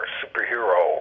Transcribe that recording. superhero